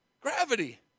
Gravity